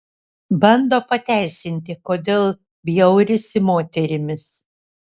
bando pateisinti kodėl bjaurisi moterimis